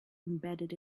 embedded